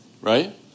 right